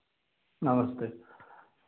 नमस्ते